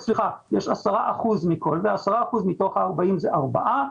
10 אחוזים מתוך ה-40 זה 4,